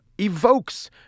evokes